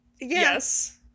Yes